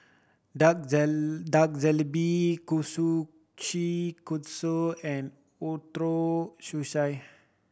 Dak Dak and Ootoro Sushi